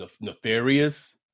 nefarious